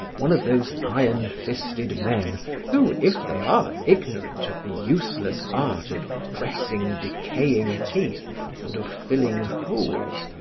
one of those iron-fisted men who, if they are ignorant of the useless art of dressing decaying teeth and of filling holes,